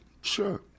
sure